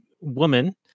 woman